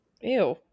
Ew